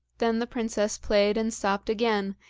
then the princess played and stopped again,